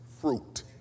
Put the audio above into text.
fruit